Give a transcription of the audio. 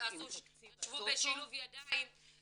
להגיד את האמת על השולחן.